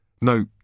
No